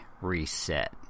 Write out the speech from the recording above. reset